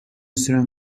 süren